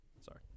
Sorry